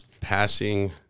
passing